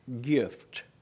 gift